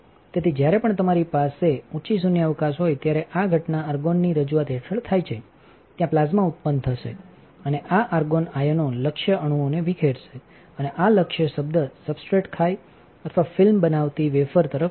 તેથી જ્યારે પણ તમારી પાસેvacંચીશૂન્યાવકાશ હોય ત્યારે આ ઘટના આર્ગોનની રજૂઆત હેઠળ થાય છે ત્યાં પ્લાઝ્મા ઉત્પન્ન થશે અનેઆ આર્ગોન આયનોલક્ષ્ય અણુને વિખેરશે અને આ લક્ષ્ય શબ્દ સબસ્ટ્રટખાય અથવા ફિલ્મ બનાવતી વેફરતરફ જશે